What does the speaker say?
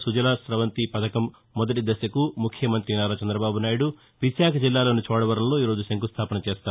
సుజలా సవంతి పథకం మొదటి దశకు ముఖ్యమంతి నారా చంద్రబాబు నాయుడు విశాఖ జిల్లాలోని చోడవరంలో ఈ రోజు శంకుస్థాపన చేస్తారు